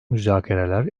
müzakereler